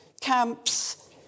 camps